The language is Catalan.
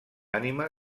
ànima